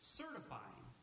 certifying